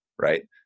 Right